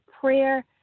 prayer